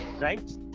right